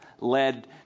led